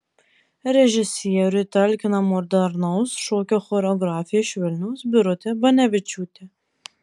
režisieriui talkina modernaus šokio choreografė iš vilniaus birutė banevičiūtė